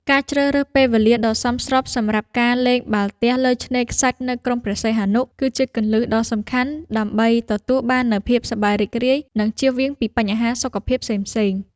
ការជ្រើសរើសពេលវេលាដ៏សមស្របសម្រាប់ការលេងបាល់ទះលើឆ្នេរខ្សាច់នៅក្រុងព្រះសីហនុ គឺជាគន្លឹះដ៏សំខាន់ដើម្បីទទួលបាននូវភាពសប្បាយរីករាយ និងជៀសវាងពីបញ្ហាសុខភាពផ្សេងៗ។